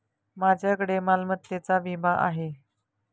माझ्याकडे मालमत्तेचा विमा आहे